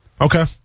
Okay